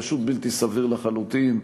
פשוט בלתי סביר לחלוטין.